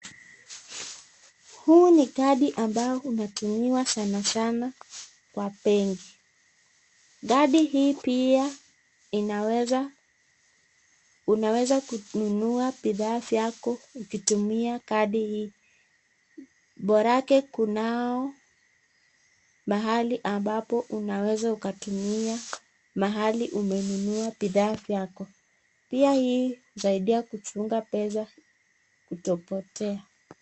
Huu ni kadi ambao unatumiwa sana sana kwa benki. Kadi hii pia inaweza unaweza kununua bidhaa vyako ukitumia kadi hii borake Kuna of mahali ambapo unaweza ukatumia mahali umenunua bidhaa vyako, pia hii husaidia kuchunga pesa kutopotea.